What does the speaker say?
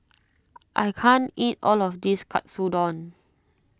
I can't eat all of this Katsudon